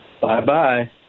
Bye-bye